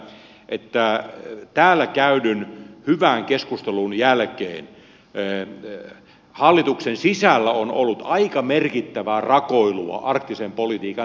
kiinnitän huomiota siihen että täällä käydyn hyvän keskustelun jälkeen hallituksen sisällä on ollut aika merkittävää rakoilua arktisen politiikan sisällöstä